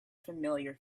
familiar